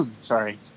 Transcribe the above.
Sorry